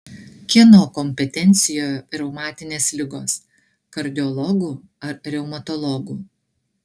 kieno kompetencijoje reumatinės ligos kardiologų ar reumatologų